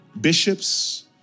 bishops